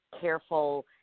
careful